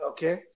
Okay